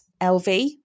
LV